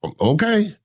Okay